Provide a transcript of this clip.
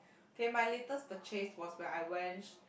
okay my latest purchase was when I went